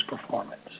performance